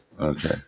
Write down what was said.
Okay